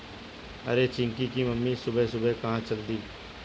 अरे चिंकी की मम्मी सुबह सुबह कहां चल दी?